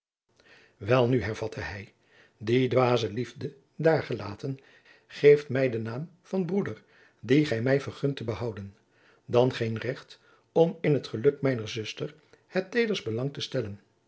welnu hervatte hij die dwaze liefde daargelaten geeft mij de naam van broeder dien gij mij vergunt te behouden dan geen recht om in het geluk mijner zuster het tederst belang te stellen